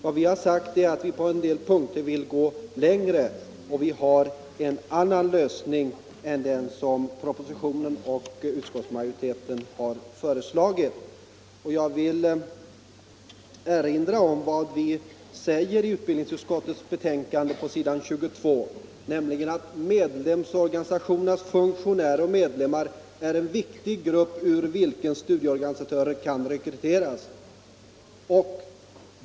Vad vi har sagt är att vi på en del punkter vill gå längre och att vi vill ha en annan lösning än den som propositionen och utskottsmajoriteten har föreslagit. Jag vill erinra om vad vi säger i vårt särskilda yttrande på s. 22 i utbildningsutskottets betänkande: ”Medlemsorganisationernas funktionärer och medlemmar är en viktig grupp ur vilken studieorganisatörer kan rekryteras.